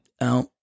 out